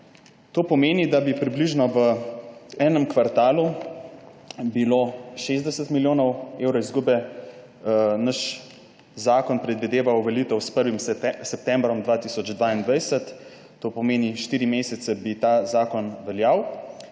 To pomeni, da bi bilo približno v enem kvartalu 60 milijonov evrov izgube. Naš zakon predvideva uveljavitev s 1. septembrom 2022, to pomeni, štiri mesece bi ta zakon veljal,